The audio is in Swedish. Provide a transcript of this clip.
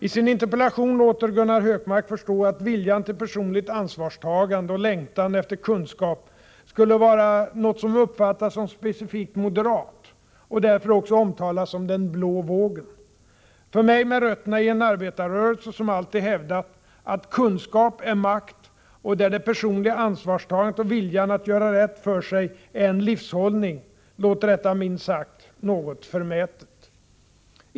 I sin interpellation låter Gunnar Hökmark förstå att viljan till personligt ansvarstagande och längtan efter kunskap skulle vara något som uppfattas som specifikt moderat och därför också omtalas som den ”blå vågen”. För mig — med rötterna i en arbetarrörelse som alltid hävdat att kunskap är makt och där det personliga ansvarstagandet och viljan att göra rätt för sig är en livshållning — låter detta minst sagt något förmätet.